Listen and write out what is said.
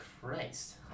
Christ